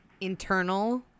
internal